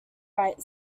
right